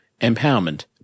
empowerment